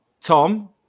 Tom